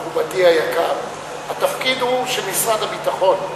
אנחנו, מכובדי היקר, התפקיד הוא של משרד הביטחון.